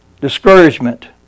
discouragement